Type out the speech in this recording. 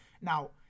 Now